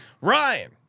Ryan